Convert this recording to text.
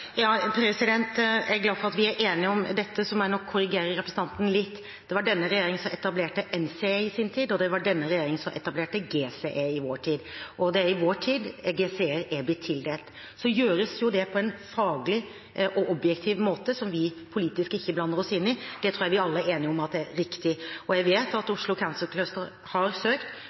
Jeg er glad for at vi er enige om dette. Så må jeg nok korrigere representanten litt. Det var denne regjeringen som etablerte NCE i sin tid, og det var denne regjeringen som etablerte GCE i vår tid, og det er i vår tid GCE-er er blitt tildelt. Så gjøres det på en faglig og objektiv måte, som vi politisk ikke blander oss inn i. Det tror jeg vi alle er enige om er riktig. Jeg vet at Oslo Cancer Cluster har søkt